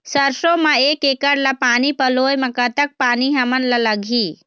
सरसों म एक एकड़ ला पानी पलोए म कतक पानी हमन ला लगही?